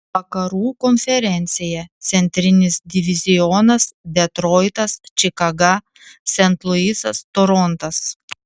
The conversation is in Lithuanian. vakarų konferencija centrinis divizionas detroitas čikaga sent luisas torontas